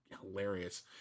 hilarious